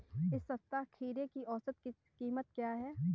इस सप्ताह खीरे की औसत कीमत क्या है?